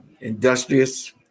industrious